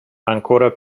ancora